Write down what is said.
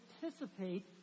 participate